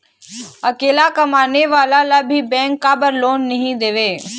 अकेला कमाने वाला ला भी बैंक काबर लोन नहीं देवे?